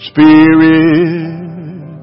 Spirit